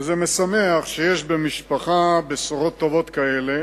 וזה משמח שיש במשפחה בשורות טובות כאלה,